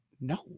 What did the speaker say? no